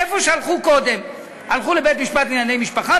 איפה שהלכו קודם: הלכו לבית-משפט לענייני משפחה,